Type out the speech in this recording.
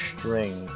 String